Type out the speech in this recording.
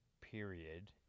period